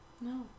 No